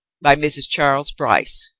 by mrs. charles bryce